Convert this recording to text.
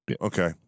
Okay